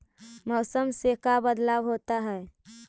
मौसम से का बदलाव होता है?